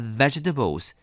vegetables